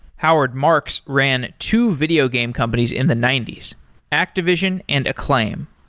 howard marks ran two video game companies in the ninety s activision and acclaim.